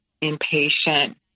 impatient